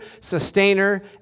sustainer